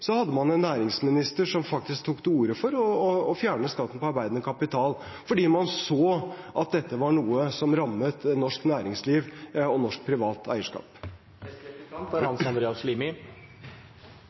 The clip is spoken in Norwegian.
hadde man en næringsminister som faktisk tok til orde for å fjerne skatten på arbeidende kapital, fordi man så at dette var noe som rammet norsk næringsliv og norsk privat eierskap.